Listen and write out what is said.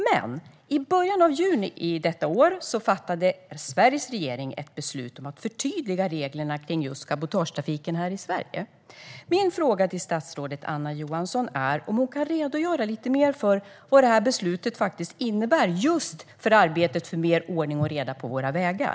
Men i början av juni fattade Sveriges regering ett beslut om att förtydliga reglerna om just cabotagetrafiken i Sverige. Min fråga till statsrådet Anna Johansson är om hon kan redogöra lite mer för vad detta beslut innebär för arbetet för mer ordning och reda på våra vägar.